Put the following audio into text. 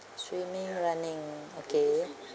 swimming running okay